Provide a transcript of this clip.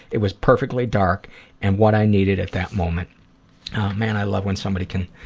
it was perfectly dark and what i needed at that moment. oh man, i love when somebody can